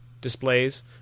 displays